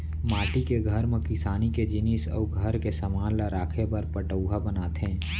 माटी के घर म किसानी के जिनिस अउ घर के समान ल राखे बर पटउहॉं बनाथे